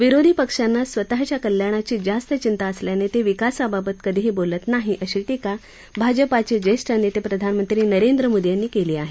विरोधी पक्षांना स्वतःच्या कल्याणाचीच जास्त चिंता असल्यानं ते विकासाबाबत कधीही बोलत नाहीत अशी टीका भाजपाचे ज्येष्ठ नेते प्रधानमंत्री नरेंद्र मोदी यांनी केली आहे